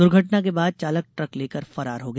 दुर्घटना के बाद चालक द्रक लेकर फरार हो गया